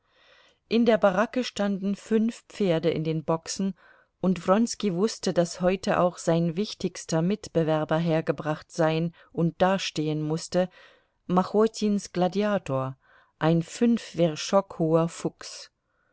in der baracke standen fünf pferde in den boxen und wronski wußte daß heute auch sein wichtigster mitbewerber hergebracht sein und dastehen mußte machotins gladiator ein fünf werschok hoher fuchs